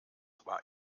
war